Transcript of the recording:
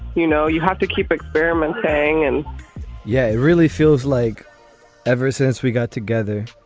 you know, you have to keep experimenting and yeah, it really feels like ever since we got together,